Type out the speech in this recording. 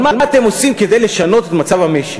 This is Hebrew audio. אבל מה אתם עושים כדי לשנות את מצב המשק?